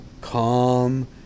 calm